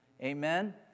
amen